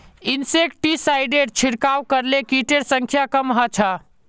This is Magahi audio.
इंसेक्टिसाइडेर छिड़काव करले किटेर संख्या कम ह छ